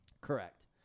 Correct